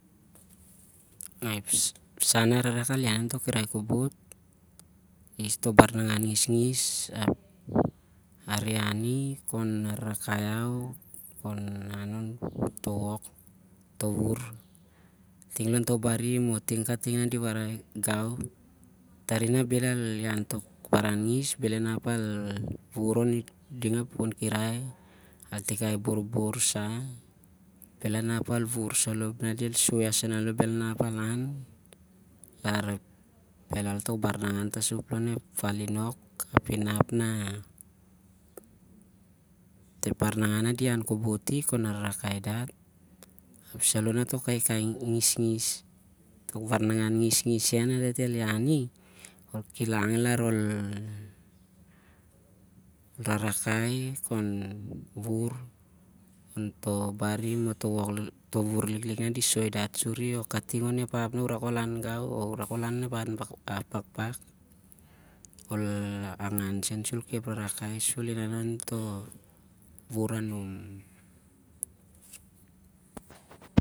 Ep sah na arehreh rak al iani ontoh kamkirai kobot, toh baran nangan ngisngis areh iani khon ararakai dat. Api saloh natok baran angan ngisngis sen naol iani ap ol ki- langi kanak na u rarakai khon wuvur lon toh barim o toh wuvur liklik na di soi dat suri. Ol angan sen sur ol wuvur toh wuvur anum